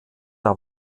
der